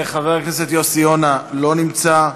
חבר הכנסת יוסי יונה, לא נמצא.